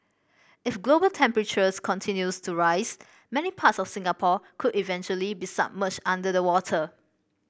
if global temperatures continues to rise many parts of Singapore could eventually be submerged under the water